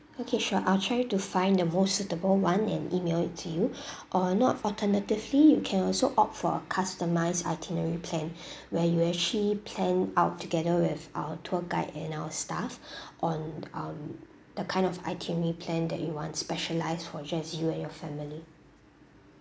okay sure I'll try to find the most suitable one an email it to you or not alternatively you can also opt for customized itinerary plan where you actually planned out together with our tour guide and our staff on on the kind of itinerary plan that you want specialized for just you and your family